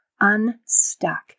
unstuck